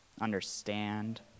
understand